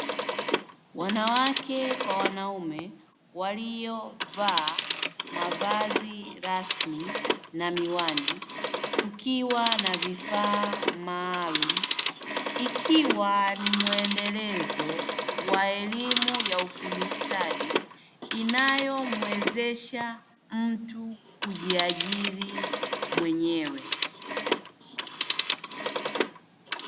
Wanawake kwa wanaume; waliovaa mavazi rasmi na miwani, kukiwa na vifaa maalumu; ikiwa ni muendelezo wa elimu ya ufundi stadi, inayomuezesha mtu kujiajiri mwenyewe.